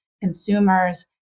consumers